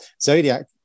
zodiac